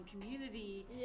community